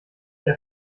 der